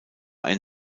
ein